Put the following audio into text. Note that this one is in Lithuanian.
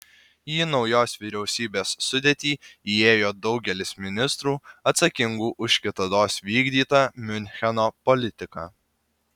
į naujos vyriausybės sudėtį įėjo daugelis ministrų atsakingų už kitados vykdytą miuncheno politiką